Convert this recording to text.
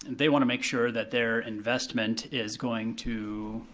and they wanna make sure that their investment is going to,